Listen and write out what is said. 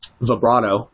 vibrato